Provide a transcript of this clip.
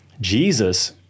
Jesus